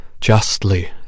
justly